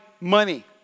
Money